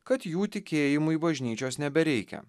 kad jų tikėjimui bažnyčios nebereikia